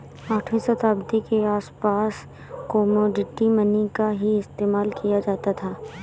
आठवीं शताब्दी के आसपास कोमोडिटी मनी का ही इस्तेमाल किया जाता था